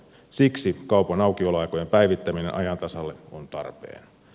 siksi kaupan aukioloaikojen päivittäminen ajan tasalle on tarpeen